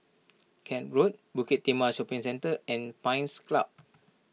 Kent Road Bukit Timah Shopping Centre and Pines Club